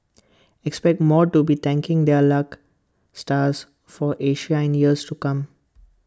expect more to be thanking their luck stars for Asia in years to come